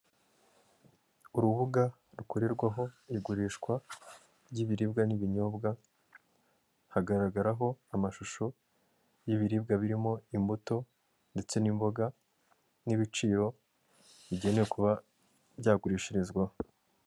Urubuga rukorerwaho igurishwa ry'ibiribwa n'ibinyobwa, hagaragaraho amashusho y'ibiribwa birimo imbuto ndetse n'imboga, n'ibiciro bigenewe kuba byagurishirizwaho.